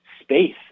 space